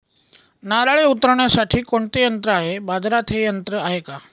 नारळे उतरविण्यासाठी कोणते यंत्र आहे? बाजारात हे यंत्र आहे का?